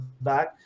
back